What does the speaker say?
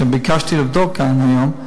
שביקשתי לבדוק כאן היום,